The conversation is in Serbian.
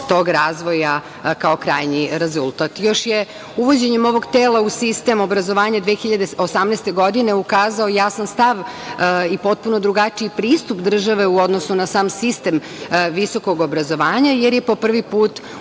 tog razvoja kao krajnji rezultat. Još je uvođenjem ovog tela u sistem obrazovanja 2018. godine ukazao jadan stav i potpuno drugačiji pristup države u odnosu na sam sistem visokog obrazovanja, jer je po prvi put